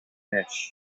mesh